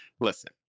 listen